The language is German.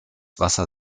wasser